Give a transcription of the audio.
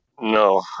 No